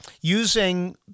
using